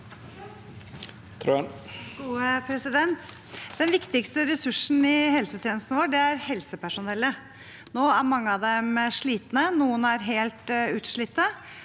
Den viktig- ste ressursen i helsetjenesten vår er helsepersonellet. Nå er mange av dem slitne. Noen er helt utslitt,